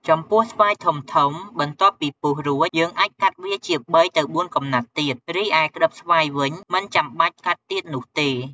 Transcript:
ចំពោះស្វាយធំៗ បន្ទាប់ពីពុះរួច យើងអាចកាត់វាជា ៣ ទៅ ៤ កំណាត់ទៀត រីឯក្តិបស្វាយវិញ មិនចាំបាច់កាត់ទៀតនោះទេ។